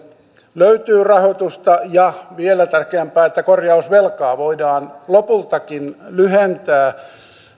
löytyy rahoitusta ja vielä tärkeämpää että korjausvelkaa voidaan lopultakin lyhentää